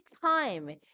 time